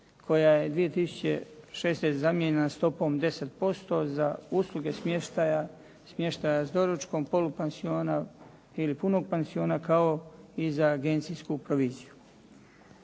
koja je 2006. zamijenjena stopom 10% za usluge smještaja sa doručkom, polupansiona ili punog pansiona kao i za agencijsku proviziju.